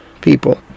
people